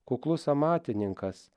kuklus amatininkas